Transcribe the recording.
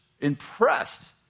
impressed